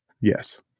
Yes